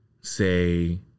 say